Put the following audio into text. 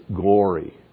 glory